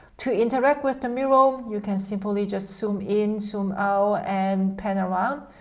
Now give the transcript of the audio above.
to interact with the mural, you can simply just zoom in zoom out and pan around,